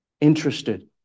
interested